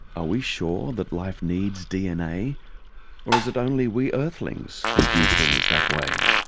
are we sure that life needs dna or is it only we earthlings who do things that way?